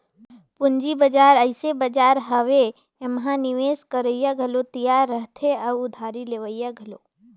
पंूजी बजार अइसे बजार हवे एम्हां निवेस करोइया घलो तियार रहथें अउ उधारी लेहोइया घलो